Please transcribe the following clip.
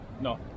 No